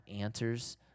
answers